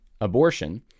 abortion